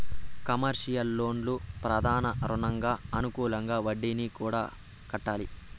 commercial లోన్లు ప్రధాన రుణంకి అనుకూలంగా వడ్డీని కూడా కట్టాలి